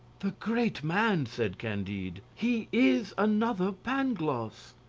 the great man! said candide. he is another pangloss!